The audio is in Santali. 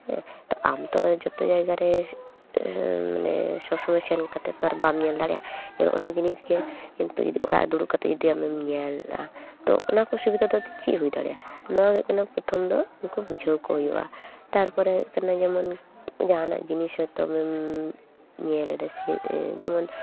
ᱛᱳ ᱟᱢᱛᱚ ᱡᱚᱛᱚ ᱡᱟᱭᱜᱟᱨᱮ ᱥᱚᱵᱥᱚᱢᱚᱭ ᱥᱮᱱ ᱠᱟᱛᱮᱫ ᱛᱚ ᱟᱨ ᱵᱟᱢ ᱧᱮᱞ ᱫᱟᱲᱮᱭᱟᱜᱼᱟ ᱚᱱᱟ ᱡᱤᱱᱤᱥᱜᱮ ᱡᱚᱫᱤ ᱦᱚᱭᱛᱚ ᱚᱲᱟᱨᱮ ᱫᱩᱲᱩᱵ ᱠᱮᱛᱮᱫ ᱡᱩᱫᱤᱢ ᱧᱮᱞᱟ ᱛᱳ ᱩᱱᱟᱠᱚ ᱥᱩᱵᱤᱫᱷᱟ ᱟᱫᱚ ᱪᱮᱫ ᱦᱳᱭ ᱫᱟᱲᱮᱭᱟᱜᱼᱟ ᱱᱚᱣᱟ ᱦᱩᱭᱩᱜ ᱠᱟᱱᱟ ᱯᱚᱛᱷᱚᱢ ᱫᱚ ᱩᱱᱠᱩ ᱵᱩᱡᱷᱟᱹᱣ ᱠᱚ ᱦᱩᱭᱩᱜᱼᱟ ᱛᱟᱨᱯᱚᱨᱮ ᱦᱩᱭᱩ ᱠᱟᱱᱟ ᱡᱮᱢᱚᱱ ᱡᱟᱦᱟᱱᱟᱜ ᱡᱤᱱᱤᱥ ᱦᱚᱭᱛᱚ ᱧᱮᱞ ᱮᱫᱟ ᱥᱮ ᱡᱮᱢᱚᱱ